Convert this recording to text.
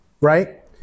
right